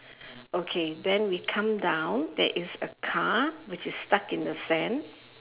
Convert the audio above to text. okay then we come down there is a car which is stuck in a sand